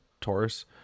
taurus